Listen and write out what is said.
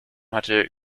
hatte